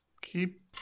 keep